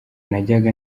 najyaga